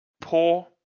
poor